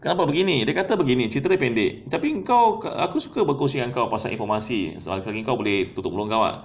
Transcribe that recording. kenapa begini dia kata begini cerita dia pendek tapi engkau aku suka berkongsi dengan kau pasal informasi